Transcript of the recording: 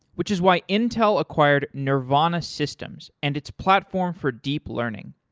which is why intel acquired nervana systems and its platform for deep learning.